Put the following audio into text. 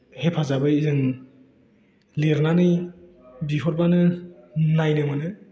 हेफाजाबै जों लिरनानै बिहरबानो नायनो मोनो